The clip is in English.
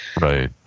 Right